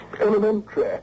Elementary